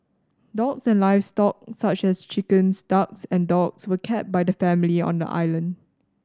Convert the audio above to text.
dogs and livestock such as chickens ducks and dogs were kept by the family on the island